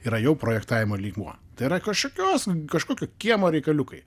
yra jau projektavimo lygmuo tai yra kažkokios kažkokio kiemo reikaliukai